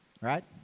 Right